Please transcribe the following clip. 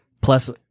plus